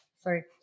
Sorry